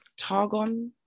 Targon